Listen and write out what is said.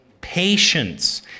patience